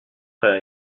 frère